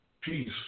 peace